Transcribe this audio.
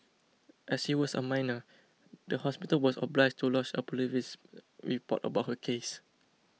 as she was a minor the hospital was obliged to lodge a police report about her case